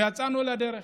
ויצאנו לדרך.